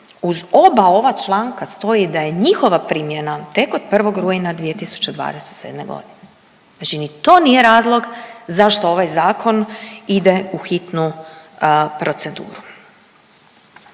uz oba ova članka stoji da je njihova primjena tek od 1. rujna 2027. g., znači ni to nije razlog zašto ovaj Zakon ide u hitnu proceduru.